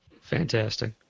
Fantastic